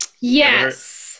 Yes